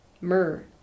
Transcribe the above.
Myrrh